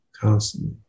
constantly